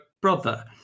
brother